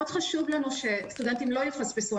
מאוד חשוב לנו שסטודנטים לא יפספסו.